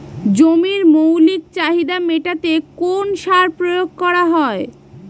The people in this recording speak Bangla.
জমির মৌলিক চাহিদা মেটাতে কোন সার প্রয়োগ করা হয়?